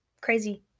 Crazy